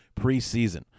preseason